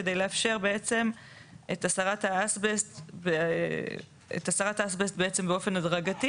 כדי לאפשר את הסרת האסבסט באופן הדרגתי